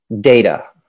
data